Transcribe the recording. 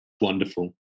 Wonderful